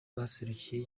abaserukiye